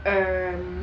um